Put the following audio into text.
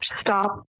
stop